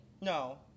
No